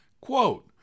Quote